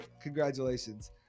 congratulations